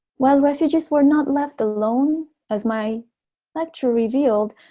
while refugees were not left alone, as my lecture revealed,